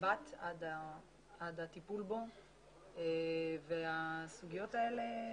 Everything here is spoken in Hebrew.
הושבת עד הטיפול בו והסוגיות האלה,